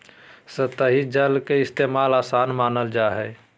सतही जल के इस्तेमाल, आसान मानल जा हय